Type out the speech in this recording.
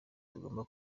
tugomba